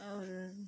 और